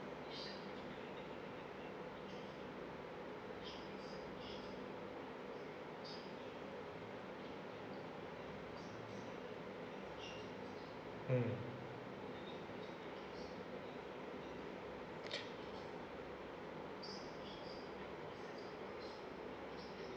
mm